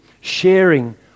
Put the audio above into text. sharing